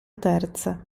terza